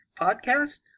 podcast